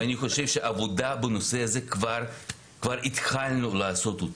אני חושב שעבודה בנושא הזה כבר התחלנו לעשות.